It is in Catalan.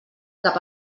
cap